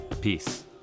peace